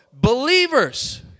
Believers